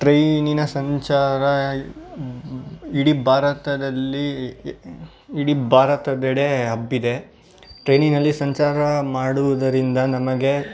ಟ್ರೈನಿನ ಸಂಚಾರ ಇಡೀ ಭಾರತದಲ್ಲಿ ಇಡೀ ಭಾರತದೆಡೆ ಹಬ್ಬಿದೆ ಟ್ರೈನಿನಲ್ಲಿ ಸಂಚಾರ ಮಾಡುವುದರಿಂದ ನಮಗೆ